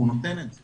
והוא נותן את זה.